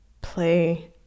play